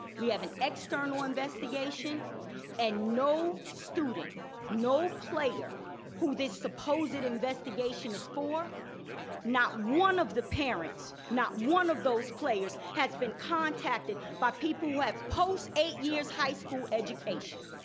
we have an external investigation and no student no player who this supposed investigation is for not one of the parents, not one of those players has been contacted by people who have post eight years high school education,